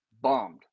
bombed